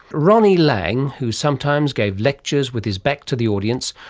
ronnie laing, who sometimes gave lectures with his back to the audience,